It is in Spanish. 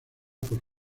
por